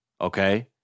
Okay